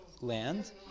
land